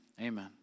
Amen